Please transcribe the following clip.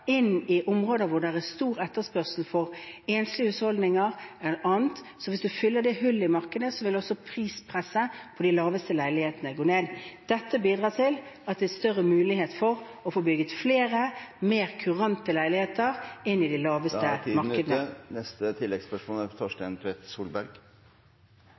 eller annet, og fyller det hullet i markedet, vil også prispresset på de minste leilighetene gå ned. Dette bidrar til at det er større mulighet for å få bygd flere, mer kurante leiligheter inn i de laveste